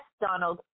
Donald